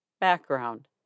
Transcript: Background